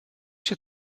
się